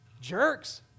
Jerks